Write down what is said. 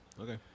okay